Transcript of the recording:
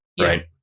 Right